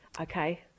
okay